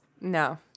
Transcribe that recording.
No